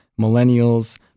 millennials